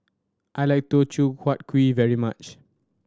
I like Teochew Huat Kuih very much